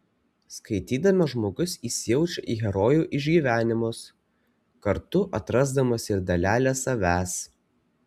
skaitydamas žmogus įsijaučia į herojų išgyvenimus kartu atrasdamas ir dalelę savęs